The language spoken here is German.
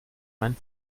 mein